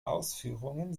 ausführungen